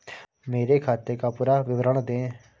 मेरे खाते का पुरा विवरण दे?